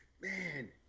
man